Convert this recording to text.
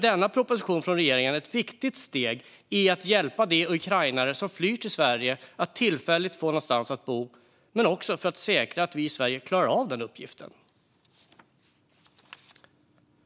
Denna proposition från regeringen är ett viktigt steg för att hjälpa de ukrainare som flyr till Sverige att tillfälligt få någonstans att bo, men också för att säkra att vi i Sverige klarar av den uppgiften.